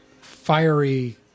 fiery